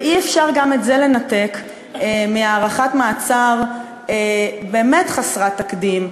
ואי-אפשר גם את זה לנתק מהארכת מעצר באמת חסרת תקדים,